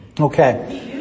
Okay